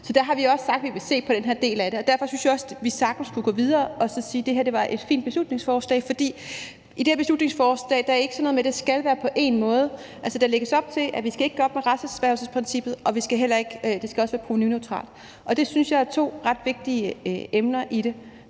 Så der har vi også sagt, at vi vil se på den her del af det. Derfor synes jeg også, vi sagtens kunne gå videre og så sige: Det her var et fint beslutningsforslag. For i det her beslutningsforslag er der ikke sådan noget med, at det skal være på én måde. Altså, der lægges op til, at vi ikke skal gøre op med retserhvervelsesprincippet, og at det også skal være provenuneutralt. Det synes jeg er to ret vigtige emner i det.